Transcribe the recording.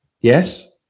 yes